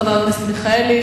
חבר הכנסת מיכאלי,